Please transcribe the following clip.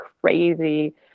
crazy